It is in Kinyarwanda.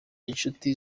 inshuti